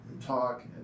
talk